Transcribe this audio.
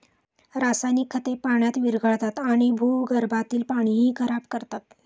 रासायनिक खते पाण्यात विरघळतात आणि भूगर्भातील पाणीही खराब करतात